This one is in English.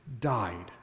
died